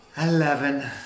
Eleven